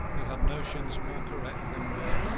he had notions more correct than were,